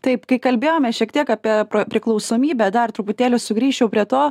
taip kai kalbėjome šiek tiek apie priklausomybę dar truputėlį sugrįžčiau prie to